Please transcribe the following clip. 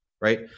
Right